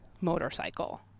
motorcycle